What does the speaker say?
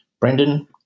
Brendan